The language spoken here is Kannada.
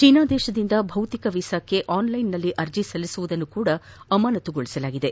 ಚೀನಾದಿಂದ ಭೌತಿಕ ವೀಸಾಕ್ಷೆ ಆನ್ಲೈನ್ನಲ್ಲಿ ಅರ್ಜ ಸಲ್ಲಿಸುವುದನ್ನು ಸಹ ಅಮಾನತುಗೊಳಿಸಲಾಗಿದೆ